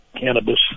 cannabis